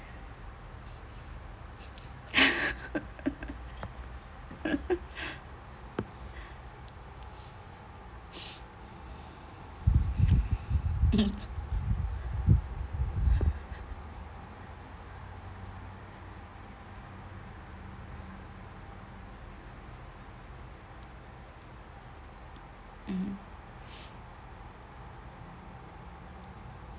mmhmm